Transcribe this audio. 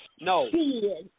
No